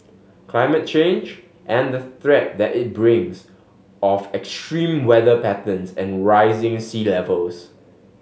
climate change and the threat that it brings of extreme weather patterns and rising sea levels